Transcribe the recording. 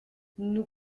nous